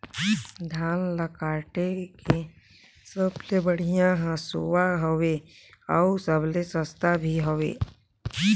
धान ल काटे के सबले बढ़िया हंसुवा हवये? अउ सबले सस्ता भी हवे?